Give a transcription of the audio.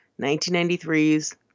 1993's